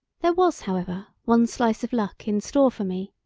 there was, however, one slice of luck in store for me.